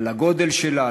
על הגודל שלה,